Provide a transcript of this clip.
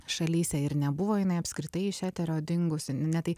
šalyse ir nebuvo jinai apskritai iš eterio dingusi ne tai